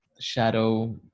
shadow